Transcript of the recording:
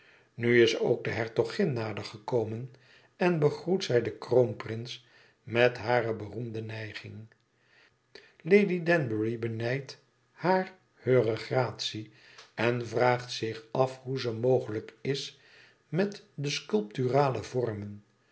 nu is ook de hertogin nader gekomen en begroet zij den kroonprins met hare beroemde nijging lady danbury benijdt haar heure gratie en vraagt zich af hoe ze mogelijk is met die sculpturale vormen